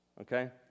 okay